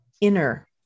inner